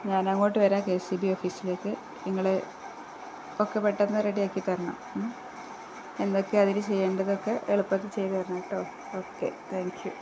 ഞാനങ്ങോട്ടു വരാം K S E B ഓഫീസിലേക്ക് നിങ്ങള് ഒക്കെ പെട്ടെന്ന് റെഡിയാക്കിത്തരണം എന്തൊക്കെയാണ് അതിനു ചെയ്യേണ്ടതൊക്കെ എളുപ്പത്തില് ചെയ്തു തരണം കെട്ടോ ഓക്കെ താങ്ക്യൂ